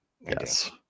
Yes